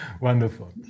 Wonderful